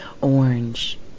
Orange